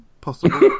possible